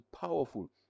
powerful